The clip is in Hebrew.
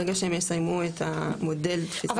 ברגע שהם יסיימו את המודל תפיסת הפעלה אבל